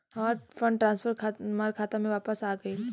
हमार fund transfer हमार खाता में वापस आ गइल